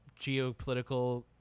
geopolitical